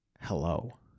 hello